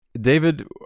David